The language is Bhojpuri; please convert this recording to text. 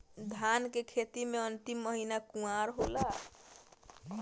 धान के खेती मे अन्तिम महीना कुवार होला?